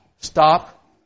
Stop